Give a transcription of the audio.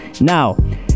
Now